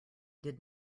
did